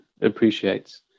appreciates